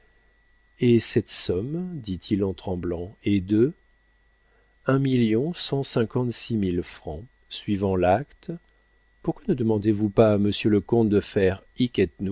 et cette somme dit-il en tremblant est de un million cent cinquante-six mille francs suivant l'acte pourquoi ne demandez-vous pas à monsieur le comte de